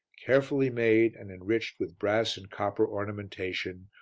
carefully made and enriched with brass and copper ornamentation,